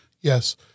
yes